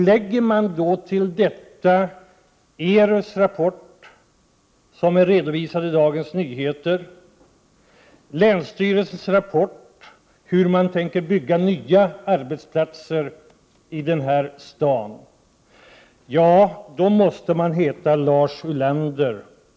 Lägger man till detta ERU:s rapport, som redovisats i Dagens Nyheter, och länsstyrelsens rapporter om planerade nya arbetsplatser här i Stockholm och ändå inte blir oroad, ja, då måste man heta Lars Ulander.